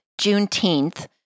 Juneteenth